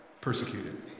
persecuted